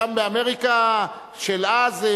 שם באמריקה של אז,